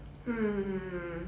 mm